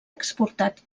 exportat